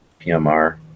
PMR